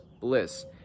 bliss